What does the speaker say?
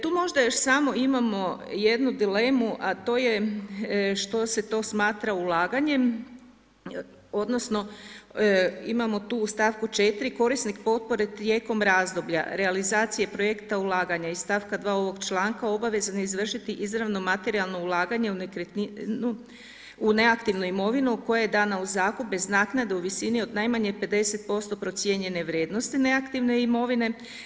Tu možda još samo imamo jednu dilemu a to je što se to smatra ulaganjem, odnosno, imamo tu u stavku 4. korisnik potpore tijekom razdoblja realizacije projekta ulaganja iz stavka 2. ovog članka - obavezan je izvršiti izravno materijalno ulaganje u nekretninu u neaktivnu imovinu koja je dana u zakup bez naknade u visini od najmanje 50% procijenjene vrijednosti neaktivne imovine.